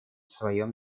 своем